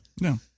No